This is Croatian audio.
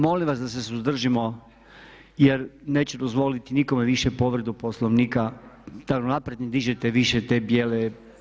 Molim vas da se suzdržimo jer neću dozvoliti nikome više povredu Poslovnika da unaprijed ne dižete više te bijele.